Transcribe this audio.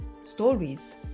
stories